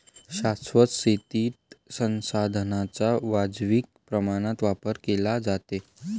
शाश्वत शेतीत संसाधनांचा वाजवी प्रमाणात वापर केला जातो